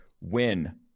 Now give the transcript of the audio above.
win